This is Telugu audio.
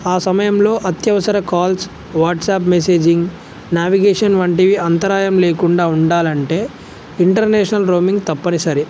ఆ సమయంలో అత్యవసర కాల్స్ వాట్సాప్ మెసేజింగ్ నావిగేషన్ వంటివి అంతరాయం లేకుండా ఉండాలంటే ఇంటర్నేషనల్ రోమింగ్ తప్పనిసరి